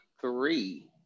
three